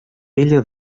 ella